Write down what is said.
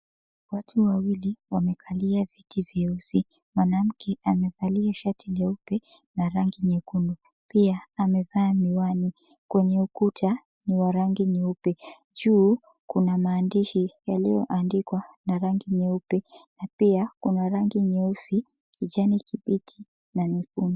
Watu wawili wamekalia viti vyeusi. Mwanamke amevalia shati jeupe na rangi nyekundu, pia amevaa miwani. Kwenye ukuta ni wa rangi nyeupe. Juu kuna maandishi yaliyoandikwa na rangi nyeupe na pia kuna rangi nyeusi, kijani kibichi na nyekundu.